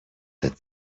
that